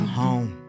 home